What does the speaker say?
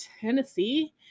tennessee